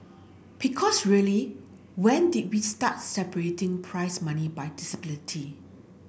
because really when did we start separating prize money by disability